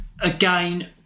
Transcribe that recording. Again